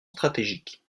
stratégique